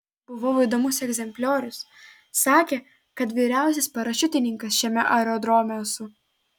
buvau įdomus egzempliorius sakė kad vyriausias parašiutininkas šiame aerodrome esu